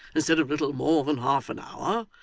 instead of little more than half an hour.